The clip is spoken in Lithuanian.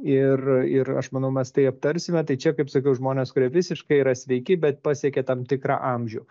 ir ir aš manau mes tai aptarsime tai čia kaip sakiau žmonės kurie visiškai yra sveiki bet pasiekė tam tikrą amžių